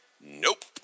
Nope